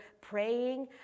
praying